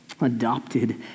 adopted